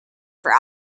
for